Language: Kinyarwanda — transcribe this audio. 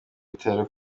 bitaro